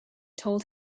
told